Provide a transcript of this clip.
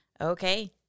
Okay